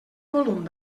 volum